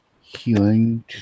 healing